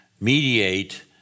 mediate